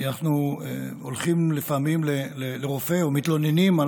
אנחנו הולכים לפעמים לרופא ומתלוננים על